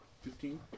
fifteen